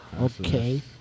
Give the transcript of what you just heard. okay